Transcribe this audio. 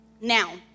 Now